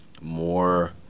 more